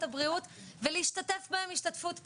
הבריאות ולהשתתף בהם השתתפות פעילה.